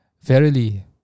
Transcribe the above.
Verily